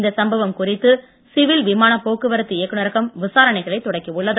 இந்த சம்பவம் குறித்து சிவில் விமான போக்குவரத்து இயக்குநரகம் விசாரணைகளை தொடக்கியுள்ளது